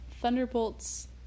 Thunderbolt's